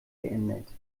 geändert